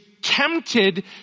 tempted